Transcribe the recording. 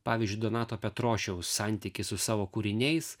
pavyzdžiui donato petrošiaus santykis su savo kūriniais